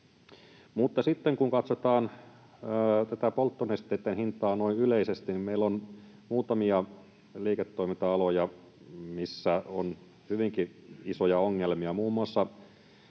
sitten, kun katsotaan polttonesteitten hintaa noin yleisesti, niin meillä on muutamia liiketoiminta-aloja, missä on hyvinkin isoja ongelmia, muun muassa